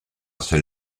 ces